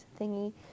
thingy